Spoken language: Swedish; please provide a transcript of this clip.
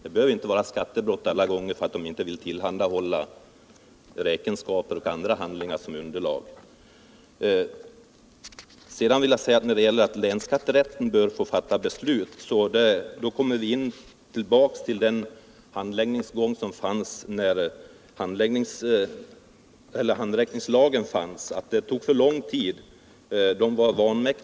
Det behöver ju inte vara fråga om skattebrott alla gånger för att vederbörande inte skall vilja tillhandahålla räkenskaper och andra handlingar som underlag. När det gäller förslaget att länsskatterätten bör få fatta beslut, så kommer vi tillbaka till den handläggningsgång som förekom när handräckningslagen fanns. Det tog för lång tid.